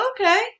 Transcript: Okay